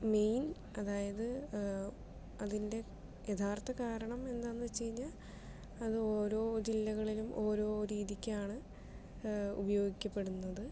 main അതായത് അതിൻ്റെ യഥാർത്ഥ കാരണം എന്താ എന്നു വച്ചു കഴിഞ്ഞാൽ അത് ഓരോ ജില്ലകളിലും ഓരോ രീതിക്കാണ് ഉപയോഗിക്കപ്പെടുന്നത്